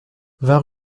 vingt